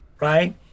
right